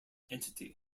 entity